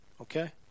okay